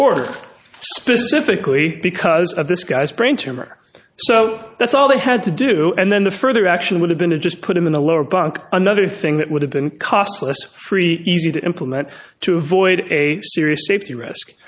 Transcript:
specifically because of this guy's brain tumor so that's all they had to do and then the further action would have been to just put him in the lower bunk another thing that would have been cost less three easy to implement to avoid a serious safety risk